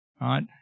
right